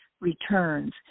returns